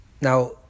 Now